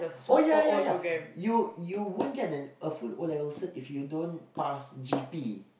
oh yeah yeah yeah you you won't get the a full O-level cert if you don't pass G_P